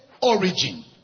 origin